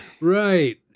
right